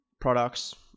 products